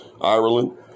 Ireland